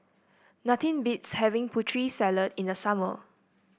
nothing beats having Putri Salad in the summer